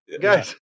Guys